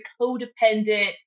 codependent